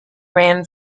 ran